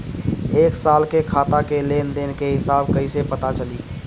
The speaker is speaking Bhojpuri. एक साल के खाता के लेन देन के हिसाब कइसे पता चली?